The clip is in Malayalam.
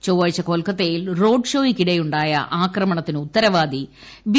ചൊവ്വാഴ്ച കൊൽക്കത്തയിൽ റോഡ്ഷോയ്ക്കിടെയ്ുണ്ടായ് ആക്രമണത്തിന് ഉത്തരവാദി ബി